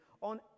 on